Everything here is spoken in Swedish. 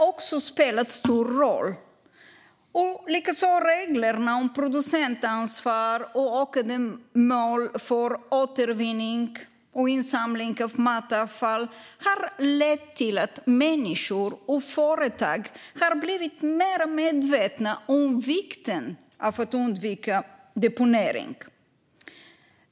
Likaså har reglerna om producentansvar, ökade mål för återvinning och insamlingen av matavfall lett till att människor och företag blivit mer medvetna om vikten av att undvika deponering.